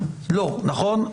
לא, נכון?